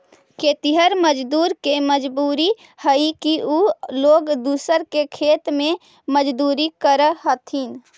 खेतिहर मजदूर के मजबूरी हई कि उ लोग दूसर के खेत में मजदूरी करऽ हथिन